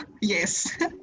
Yes